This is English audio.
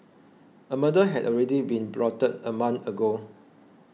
a murder had already been plotted a month ago